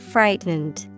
Frightened